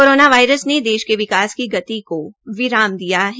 corona virus ने देश के विकास की गति को विश्राम दिया है